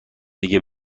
دیگه